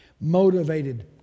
motivated